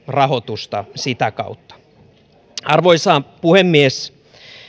rahoitusta sitä kautta arvoisa puhemies